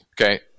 Okay